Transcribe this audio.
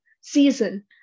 season